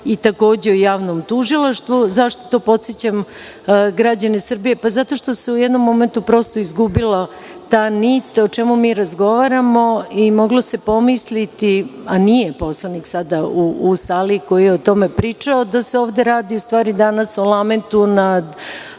i, takođe, o javnom tužilaštvu.Zašto to podsećam građane Srbije? Zato što se u jednom momentu izgubila ta nit o čemu mi razgovaramo i moglo se pomisliti, a nije sada u sali poslanik koji je o tome pričao, da se ovde radi u stvari o lamentu nad